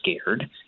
scared